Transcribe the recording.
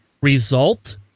result